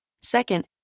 Second